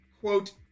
quote